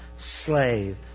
slave